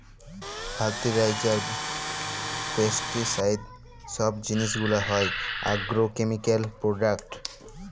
fertiliser, pesticide সব জিলিস গুলা হ্যয় আগ্রকেমিকাল প্রোডাক্ট